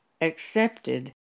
accepted